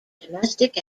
domestic